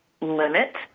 limit